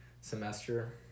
semester